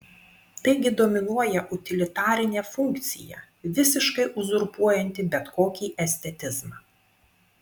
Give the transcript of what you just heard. taigi dominuoja utilitarinė funkcija visiškai uzurpuojanti bet kokį estetizmą